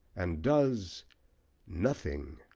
and does nothing!